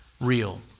real